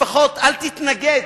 לפחות אל תתנגד.